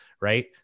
right